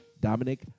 Dominic